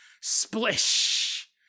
Splish